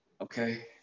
Okay